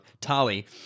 Tali